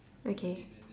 okay